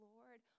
Lord